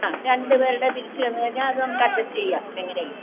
ആ രണ്ട് പേരുടെ തിരിച്ച് തന്നുകഴിഞ്ഞാൽ അത് നമുക്ക് അഡ്ജസ്റ്റ് ചെയ്യാം എങ്ങനെയെങ്കിലും